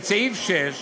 את סעיף (6),